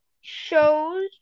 Shows